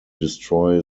destroy